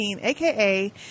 aka